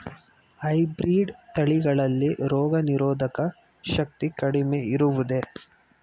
Hybrid ತಳಿಗಳಲ್ಲಿ ರೋಗನಿರೋಧಕ ಶಕ್ತಿ ಕಡಿಮೆ ಇರುವುದೇ?